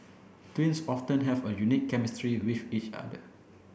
twins often have a unique chemistry with each other